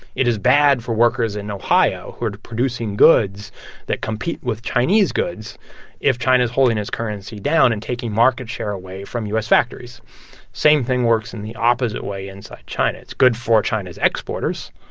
it is bad for workers in ohio who are producing goods that compete with chinese goods if china is holding its currency down and taking market share away from u s. factories same thing works in the opposite way inside china. it's good for china's exporters.